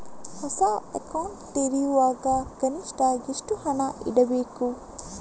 ಹೊಸ ಅಕೌಂಟ್ ತೆರೆಯುವಾಗ ಕನಿಷ್ಠ ಎಷ್ಟು ಹಣ ಇಡಬೇಕು?